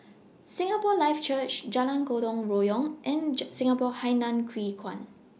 Singapore Life Church Jalan Gotong Royong and Singapore Hainan Hwee Kuan